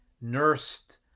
nursed